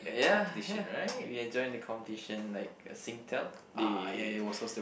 ya ya we enjoyed the competition like Singtel they